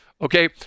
Okay